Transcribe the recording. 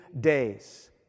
days